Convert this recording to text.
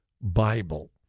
Bible